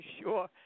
sure